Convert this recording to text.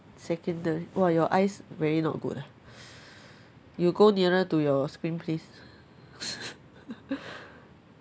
seconda~ !wah! your eyes very not good ah you go nearer to your screen please